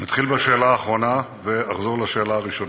אתחיל בשאלה האחרונה, ואחזור לשאלה הראשונה.